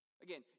Again